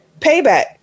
Payback